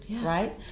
right